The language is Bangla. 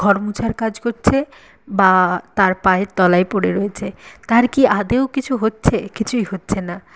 ঘর মোছার কাজ করছে বা তার পায়ের তলায় পড়ে রয়েছে তার কী আদৌ কিছু হচ্ছে কিছুই হচ্ছে না